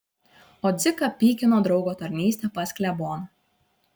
o dziką pykino draugo tarnystė pas kleboną